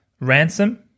Ransom